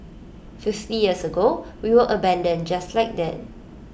fifty years ago we were abandoned just like that